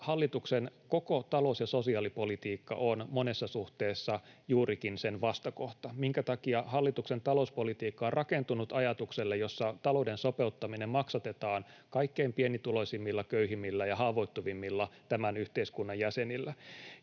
hallituksen koko talous- ja sosiaalipolitiikka on monessa suhteessa juurikin sen vastakohta — minkä takia hallituksen talouspolitiikka on rakentunut ajatukselle, jossa talouden sopeuttaminen maksatetaan kaikkein pienituloisimmilla, köyhimmillä ja haavoittuvimmilla tämän yhteiskunnan jäsenillä.